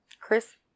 Chris